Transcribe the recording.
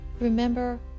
remember